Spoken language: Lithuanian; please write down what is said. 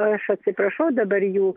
aš atsiprašau dabar jų